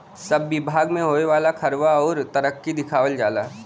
सब बिभाग मे होए वाला खर्वा अउर तरक्की दिखावल जाला